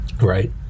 right